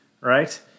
right